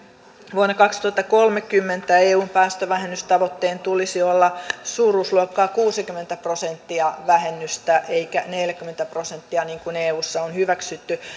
vuonna kaksituhattakolmekymmentä eun päästövähennystavoitteen tulisi olla suuruusluokkaa kuusikymmentä prosenttia vähennystä eikä neljäkymmentä prosenttia niin kuin eussa on hyväksytty